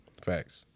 Facts